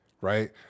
Right